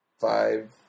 five